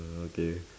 uh okay